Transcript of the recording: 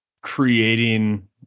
creating